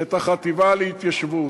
את החטיבה להתיישבות.